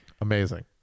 Amazing